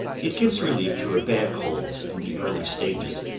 it gives relief to a bad cold in the early stages,